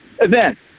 event